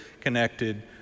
connected